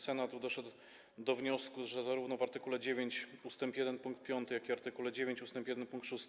Senat doszedł do wniosku, że zarówno w art. 9 ust. 1 pkt 5, jak i w art. 9 ust. 1 pkt 6